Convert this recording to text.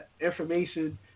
information